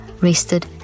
rested